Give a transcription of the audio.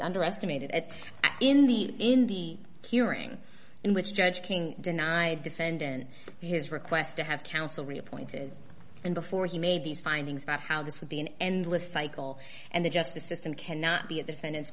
underestimated at in the in the hearing in which judge king denied defendant his request to have counsel reappointed and before he made these findings about how this would be an endless cycle and the justice system cannot be a defendant